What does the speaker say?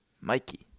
Mikey